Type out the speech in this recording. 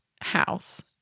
house